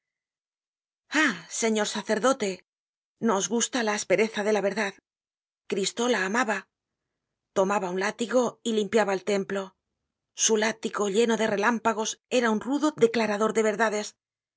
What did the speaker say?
señor sacerdote no os gusta la aspereza de la verdad cristo la amaba tomaba un látigo y limpiaba el templo su látigo lleno de relámpagos era un rudo declarador de verdades